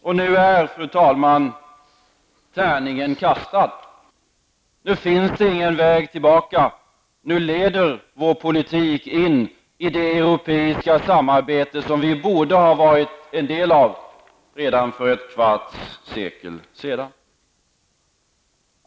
Och nu är, fru talman, tärningen kastad. Nu finns det ingen väg tillbaka. Nu leder vår politik in i det europeiska samarbete som vi borde ha varit en del av redan för ett kvarts sekel sedan.